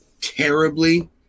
terribly